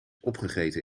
opgegeten